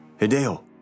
Hideo